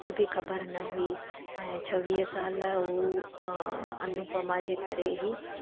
कुझु बि ख़बर न हुई ऐं छवीह साल हू अनुपमा जे करे ई